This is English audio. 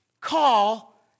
Call